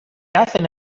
hacen